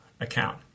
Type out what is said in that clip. account